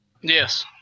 yes